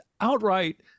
outright